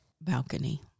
balcony